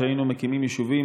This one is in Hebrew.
כשהיינו מקימים יישובים,